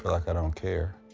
like i don't care.